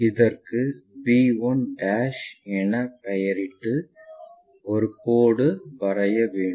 இதற்கு b 1 என பெயரிட்டு ஒரு கோடு வரைய வேண்டும்